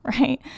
right